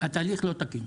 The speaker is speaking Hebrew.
התהליך לא תקין.